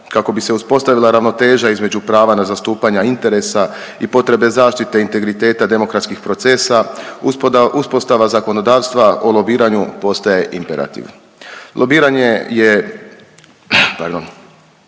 Kako bi se uspostavila ravnoteža između prava na zastupanja interesa i potrebe zaštite integriteta demokratskih procesa uspostava zakonodavstva o lobiranju postaje imperativ. Lobiranje je, pardon,